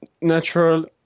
natural